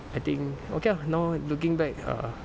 I think okay ah now looking back err